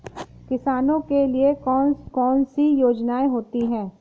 किसानों के लिए कौन कौन सी योजनायें होती हैं?